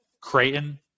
Creighton